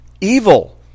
evil